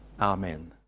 Amen